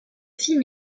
film